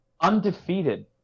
undefeated